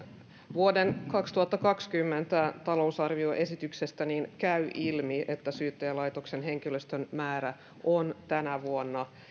vuoden kaksituhattakaksikymmentä talousarvioesityksestä käy ilmi että syyttäjälaitoksen henkilöstön määrä on tänä vuonna